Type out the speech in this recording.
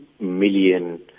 million